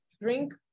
drink